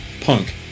punk